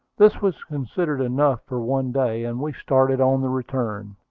this was considered enough for one day, and we started on the return.